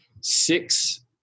six